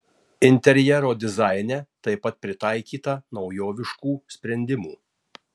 interjero dizaine taip pat pritaikyta naujoviškų sprendimų